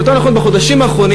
או יותר נכון בחודשים האחרונים,